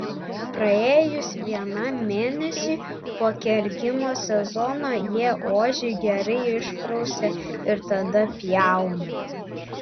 praėjus vienam mėnesiui po kergimo sezono jie ožį gerai išprausia ir tada pjauna